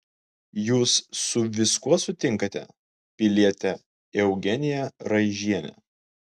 jūs su viskuo sutinkate piliete eugenija raižiene